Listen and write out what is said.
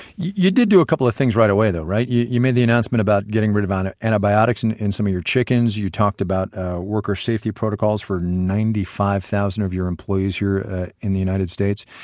you did do a couple of things right away though, right? you you made the announcement about getting rid of and antibiotics and in some of your chickens. you talked about worker safety protocols for ninety five thousand of your employees here in the united states.